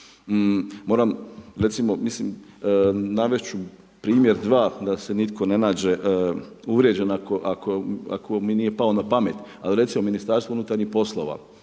Moram, recimo, mislim, navesti ću primjer dva, da se nitko ne nađe, uvrjeđen, ako mi nije palo na pamet, ali recimo Ministarstvo unutarnjih poslova,